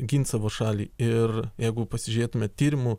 gint savo šalį ir jeigu pasižiūrėtume tyrimų